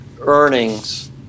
earnings